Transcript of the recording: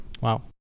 Wow